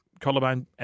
collarbone